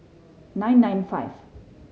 nine nine five